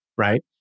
Right